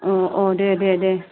अ अ देह देह